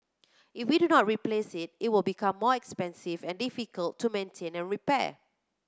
if we do not replace it it will become more expensive and difficult to maintain and repair